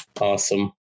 Awesome